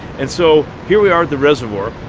and so, here we are at the reservoir,